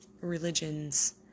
religions